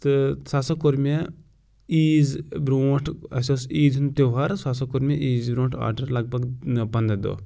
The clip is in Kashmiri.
تہٕ سُہ ہسا کوٚر مےٚ عیٖز بروٚنٛٹھ اسہِ اوس عیٖز ہُنٛد تیوہار حظ سُہ ہسا کوٚر عیٖزِ بروٚنٛٹھ آرڈَر لگ بَگ پنٛدَہ دۄہ